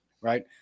right